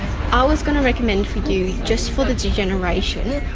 i was going to recommend for you, just for the degeneration,